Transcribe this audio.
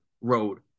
road